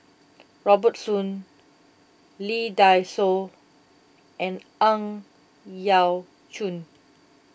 Robert Soon Lee Dai Soh and Ang Yau Choon